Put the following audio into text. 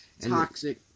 Toxic